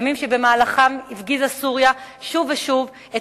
ימים שבמהלכם הפגיזה סוריה שוב ושוב את